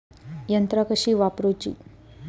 यंत्रा कशी वापरूची?